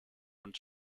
und